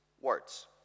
words